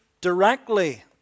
directly